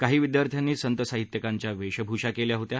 काही विद्यार्थ्यांनी संत साहित्यिकांच्या वेशभूषा केल्या होत्या